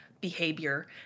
behavior